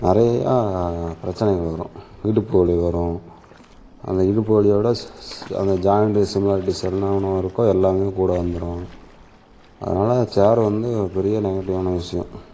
நிறையா பிரச்சனைகள் வரும் இடுப்பு வலி வரும் அந்த இடுப்பு வலியை விட அந்த ஜாயிண்ட் சிமிளாரிட்டிஸ் என்ன என்ன இருக்கோ எல்லாமே கூட வந்துடும் அதனால சேர் வந்து ஒரு பெரிய நெகட்டிவ்வான விஷயம்